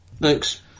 Thanks